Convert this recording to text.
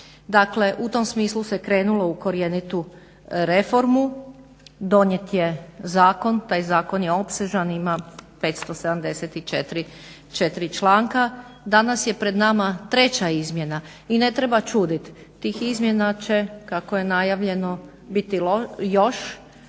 Dakle u tom smislu se krenulo u korjenitu reformu, donijet je zakon, taj zakon je opsežan i ima 574 članka. Danas je pred nama treća izmjena i ne treba čudit, tih izmjena će kako je najavljeno biti još